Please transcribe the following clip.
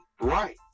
right